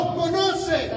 conoce